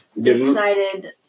decided